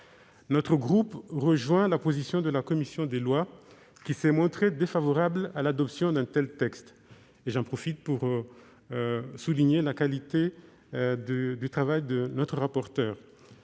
Le groupe RDPI partage la position de la commission des lois, qui est défavorable à l'adoption de ce texte. J'en profite pour souligner la qualité du travail de notre rapporteure.